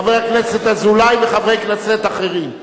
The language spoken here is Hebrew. חבר הכנסת אזולאי וחברי כנסת אחרים,